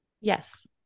Yes